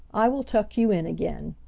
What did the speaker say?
i will tuck you in again,